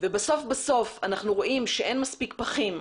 ובסוף בסוף אנחנו רואים שאין מספיק פחים,